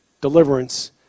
deliverance